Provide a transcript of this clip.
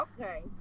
Okay